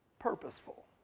purposeful